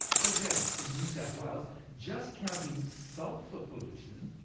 for example, in new south wales, just counting sulphur pollution,